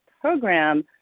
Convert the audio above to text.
program